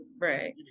right